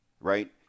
right